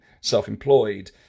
self-employed